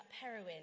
heroin